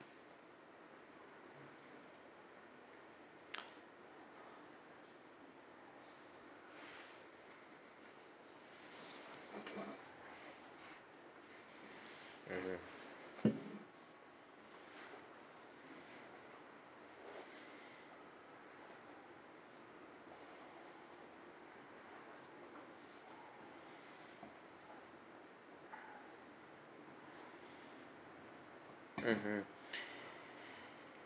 mm hmm mm hmm